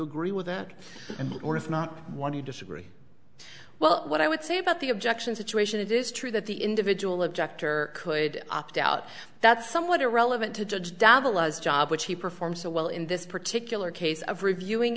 agree with that and or if not what you disagree well what i would say about the objections iteration it is true that the individual objector could opt out that's somewhat irrelevant to judge davalos job which he performed so well in this particular case of reviewing